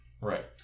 Right